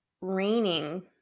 raining